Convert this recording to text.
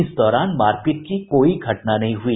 इस दौरान मारपीट की कोई घटना नहीं हुई